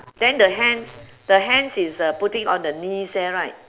then the hands the hands is uh putting on the knees there right